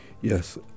Yes